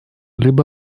либо